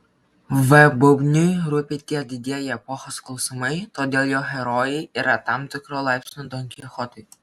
v bubniui rūpi tie didieji epochos klausimai todėl jo herojai yra tam tikro laipsnio donkichotai